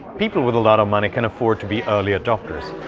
people with a lot of money can afford to be early adopters,